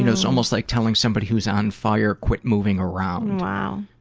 you know it's almost like telling somebody who's on fire, quit moving around. wow.